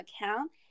account